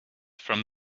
from